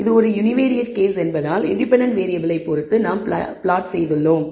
இது ஒரு univariate case என்பதால் இன்டிபெண்டண்ட் வேறியபிளை பொறுத்து நாம் பிளாட் செய்துள்ளோம்